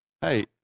hey